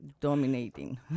dominating